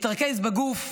התרכז בגוף,